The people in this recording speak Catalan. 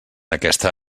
aquesta